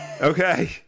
Okay